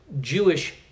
Jewish